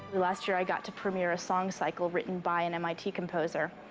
last year i got to premier a song cycle written by an mit composer,